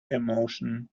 emotion